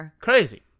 crazy